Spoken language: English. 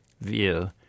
view